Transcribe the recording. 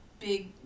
big